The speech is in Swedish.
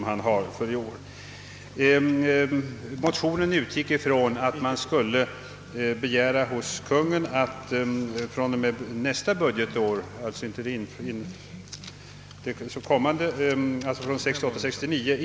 Vi utgick därför i motionen ifrån att Kungl. Maj:t skulle begära att denna professur inrättades från och med 1968/ 69.